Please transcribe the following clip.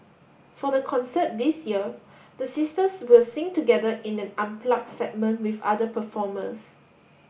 for the concert this year the sisters will sing together in an unplugged segment with other performers